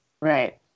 Right